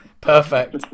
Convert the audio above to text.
perfect